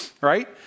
Right